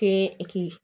তে কি